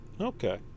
okay